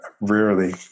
rarely